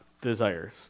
desires